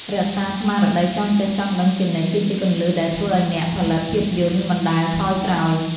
រក្សាស្មារតីចង់ចេះចង់ដឹងជានិច្ចគឺជាគន្លឹះដែលធ្វើឱ្យអ្នកផលិតភាពយន្តមិនដែលថយក្រោយ។